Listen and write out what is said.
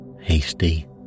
Hasty